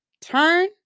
turn